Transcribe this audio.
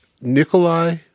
Nikolai